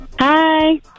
Hi